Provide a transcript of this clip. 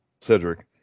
Cedric